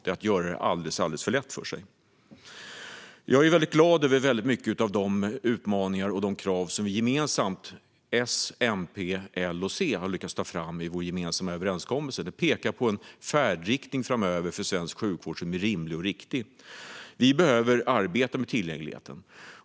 Det är att göra det alldeles för lätt för sig. Jag är väldigt glad över många av de utmaningar och krav som vi gemensamt - S, MP, L och C - har lyckats ta fram i vår gemensamma överenskommelse. Det pekar på en färdriktning framöver för svensk sjukvård som är rimlig och riktig. Vi behöver arbeta med tillgängligheten.